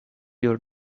your